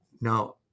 now